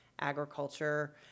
agriculture